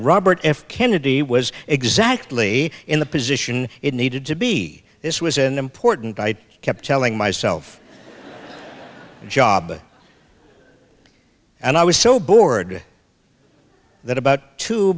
robert f kennedy was exactly in the position it needed to be this was an important i kept telling myself job and i was so bored that about two